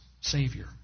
Savior